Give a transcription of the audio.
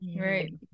Right